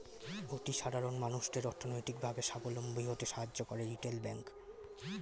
অতি সাধারণ মানুষদের অর্থনৈতিক ভাবে সাবলম্বী হতে সাহায্য করে রিটেল ব্যাংক